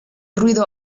ruido